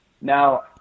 Now